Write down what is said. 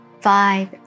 five